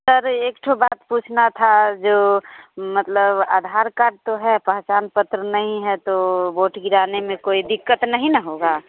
sir एक ठो बात पूछना था जो मतलब आधार कार्ड तो है पहचान पत्र नहीं है तो वोट गिराने में कोई दिक्कत नहीं ना होगा